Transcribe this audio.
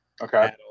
Okay